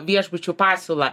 viešbučių pasiūlą